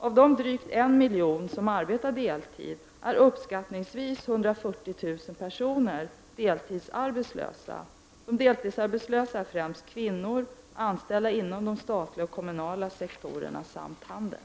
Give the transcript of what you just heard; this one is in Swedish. Av de drygt en miljon deltidsarbetande är uppskattningsvis 140 000 personer deltidsarbetslösa. De deltidsarbetslösa är främst kvinnor anställda inom de statliga och kommunala sektorerna samt inom handeln.